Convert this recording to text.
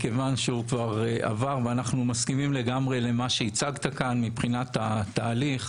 כיוון שהוא כבר עבר ואנחנו מסכימים לגמרי למה שהצגת כאן מבחינת התהליך.